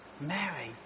Mary